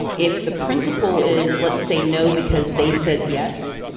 if the principle is let's say no because they said yes.